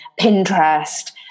Pinterest